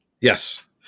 yes